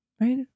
right